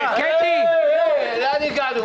מה קורה לכם?